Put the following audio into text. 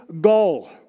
goal